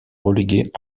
relégués